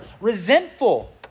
Resentful